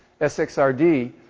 SXRD